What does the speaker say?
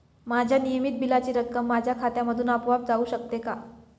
माझ्या नियमित बिलाची रक्कम माझ्या खात्यामधून आपोआप जाऊ शकते का?